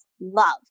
love